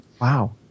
Wow